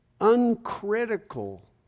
uncritical